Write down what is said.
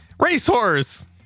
Racehorse